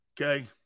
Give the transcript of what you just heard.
Okay